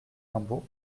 raimbault